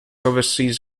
oversees